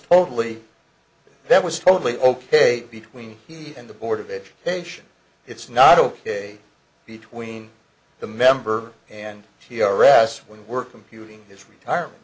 totally that was totally ok between he and the board of education it's not ok between the member and ras when we're computing his retirement